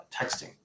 texting